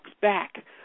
back